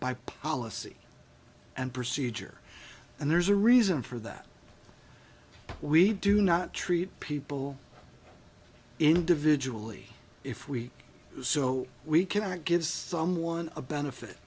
by policy and procedure and there's a reason for that we do not treat people individually if we so we can't give someone a benefit